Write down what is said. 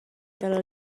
dalla